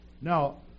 Now